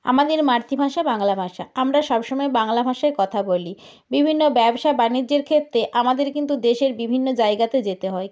আমাদের মাতৃভাষা বাংলা ভাষা আমরা সব সময় বাংলা ভাষায় কথা বলি বিভিন্ন ব্যবসা বাণিজ্যের ক্ষেত্রে আমাদের কিন্তু দেশের বিভিন্ন জায়গাতে যেতে হয়